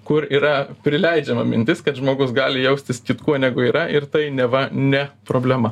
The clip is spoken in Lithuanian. kur yra prileidžiama mintis kad žmogus gali jaustis kitkuo negu yra ir tai neva ne problema